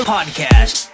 Podcast